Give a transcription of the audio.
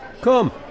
Come